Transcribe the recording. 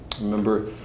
remember